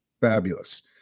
Fabulous